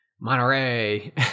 Monterey